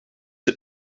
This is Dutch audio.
het